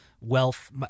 wealth